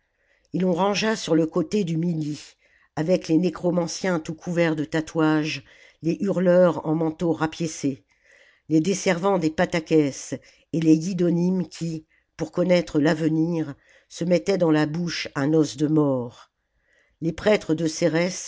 et l'on rangea sur le côté du midi avec les nécromanciens tout couverts de tatouages les hurleurs en manteaux rapiécés les desservants des patœques et les yidonim qui pour connaître l'avenir se mettaient dans la bouche un os de mort les prêtres de